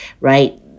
right